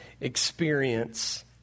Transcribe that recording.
experience